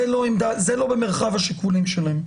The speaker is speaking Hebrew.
זה לא במרחב השיקולים שלהם.